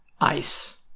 ice